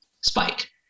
spike